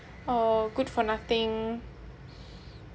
or good for nothing